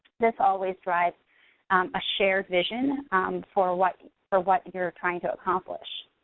this always drives a shared vision for what for what you're trying to accomplish.